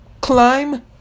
climb